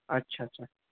अच्छा अच्छा